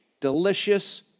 delicious